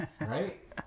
right